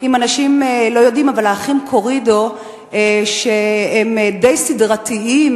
ולפיכך אני קובעת שהצעת חוק הגנה על הציבור מפני עברייני מין (תיקון,